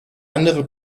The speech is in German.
andere